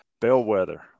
bellwether